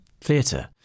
theatre